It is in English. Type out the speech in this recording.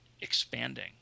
expanding